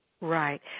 Right